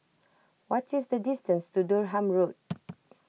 what is the distance to Durham Road